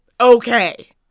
okay